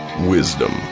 Wisdom